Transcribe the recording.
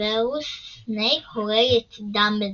סוורוס סנייפ הורג את דמבלדור.